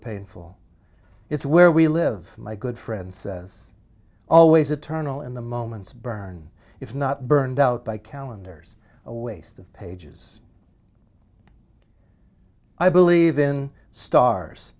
painful it's where we live my good friend says always eternal in the moments burned if not burned out by calendars a waste of pages i believe in stars